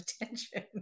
attention